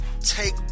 take